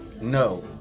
no